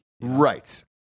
right